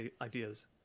ideas